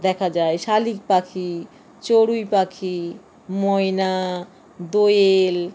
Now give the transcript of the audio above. দেখা যায় শালিক পাখি চড়ুই পাখি ময়না দোয়েল